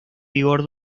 vigor